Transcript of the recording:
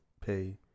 Pay